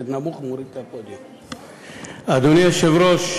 אדוני היושב-ראש,